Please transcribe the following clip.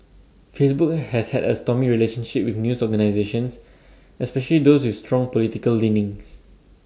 Facebook has had A stormy relationship with news organisations especially those with strong political leanings